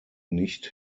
nicht